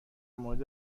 مورد